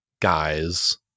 guys